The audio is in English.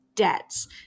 debts